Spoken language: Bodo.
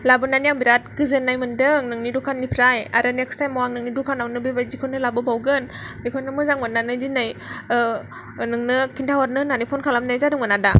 लाबोनानै आं बिराद गोजोन्नाय मोन्दों नोंनि दुखाननिफ्राय आरो नेक्स थाइमआव नोंनि दुखान आवनो बेबायदिखौनो लाबोबावगोन बेखौनो मोजां मोननानै दिनै ओ नोंनो खिन्थाहरनो होननानै फन खालामनाय जादोंमोन आदा